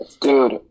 Dude